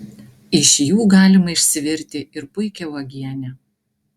iš jų galima išsivirti ir puikią uogienę